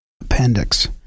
Appendix